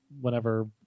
whenever